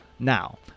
Now